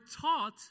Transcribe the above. taught